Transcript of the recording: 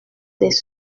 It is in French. des